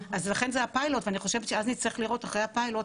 אז לכן זה הפיילוט ואני חושבת שאז נצטרך לראות אחרי הפיילוט,